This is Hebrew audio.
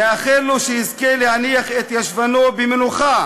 נאחל לו שיזכה להניח את ישבנו במנוחה,